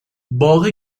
باغ